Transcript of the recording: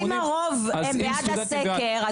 אז אם הרוב הם בעד הסקר,